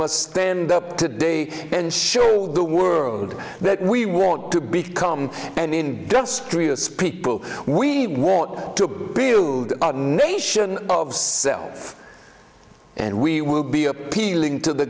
must stand up today and show the world that we want to become an industrious people we want to build a nation of self and we will be appealing to the